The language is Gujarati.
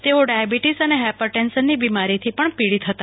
તેઓ ડાયાબિટીસ અને હાયપર ટેન્શનની બીમારીથી પણ પીડાતાં હતા